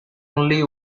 only